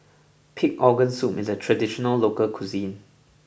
Pig Organ Soup is a traditional local cuisine